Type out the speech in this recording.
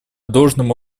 должным